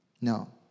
No